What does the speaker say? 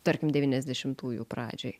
tarkim devyniasdešimtųjų pradžioj